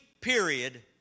period